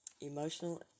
emotional